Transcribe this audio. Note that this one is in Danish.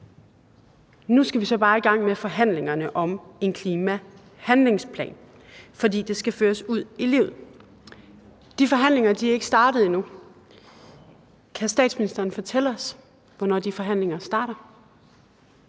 Nu skal vi så bare i gang med forhandlingerne om en klimahandlingsplan, for det skal føres ud i livet. De forhandlinger er ikke startet endnu. Kan statsministeren fortælle os, hvornår de forhandlinger starter?